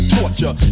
torture